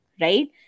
right